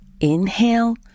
Inhale